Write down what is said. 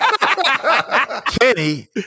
Kenny